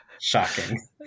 Shocking